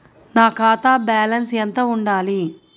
నా ఖాతా బ్యాలెన్స్ ఎంత ఉండాలి?